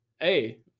hey